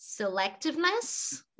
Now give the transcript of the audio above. selectiveness